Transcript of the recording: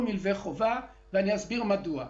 אני אסביר מדוע.